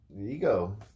ego